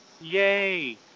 yay